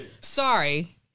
Sorry